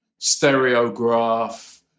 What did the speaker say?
Stereograph